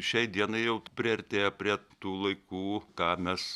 šiai dienai jau priartėjo prie tų laikų ką mes